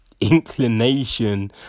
Inclination